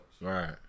Right